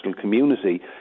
community